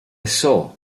saw